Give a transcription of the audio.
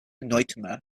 nightmare